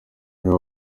irimo